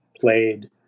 played